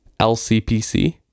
LCPC